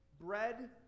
bread